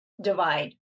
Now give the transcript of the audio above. divide